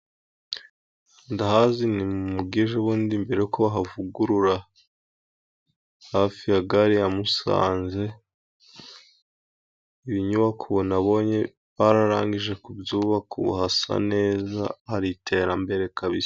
Ndahazi ni mu mugi ejobundi mbere y'uko havugurura hafi ya gare ya Musanze, ibinyubako nabonye bararangije kubyubaka, ubu hasa neza, hari iterambere kabisa.